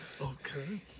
okay